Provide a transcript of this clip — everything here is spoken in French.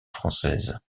française